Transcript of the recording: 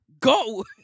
go